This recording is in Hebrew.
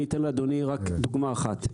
אני אתן לאדוני רק דוגמה אחת.